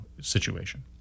situation